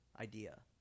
idea